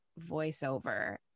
voiceover